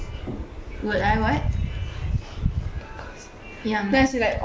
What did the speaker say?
would I what ya